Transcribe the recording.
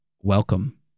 Welcome